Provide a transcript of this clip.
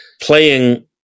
playing